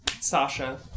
Sasha